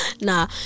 nah